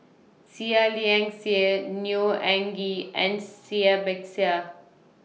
Seah Liang Seah Neo Anngee and Cai Bixia